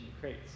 crates